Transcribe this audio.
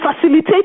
facilitate